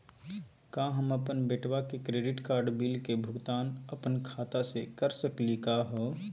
का हम अपन बेटवा के क्रेडिट कार्ड बिल के भुगतान अपन खाता स कर सकली का हे?